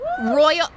Royal